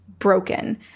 Broken